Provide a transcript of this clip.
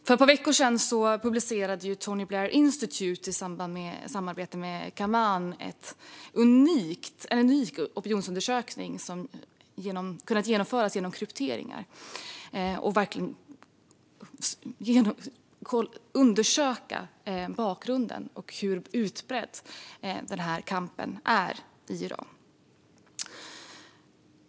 För några veckor sedan publicerade Tony Blair Institute i samarbete med Gamaan en unik opinionsundersökning som kunnat genomföras genom kryptering och som undersökte bakgrunden och hur utbredd kampen i Iran är.